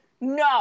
No